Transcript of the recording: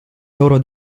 loro